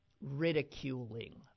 ridiculing